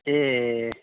ए